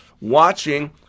watching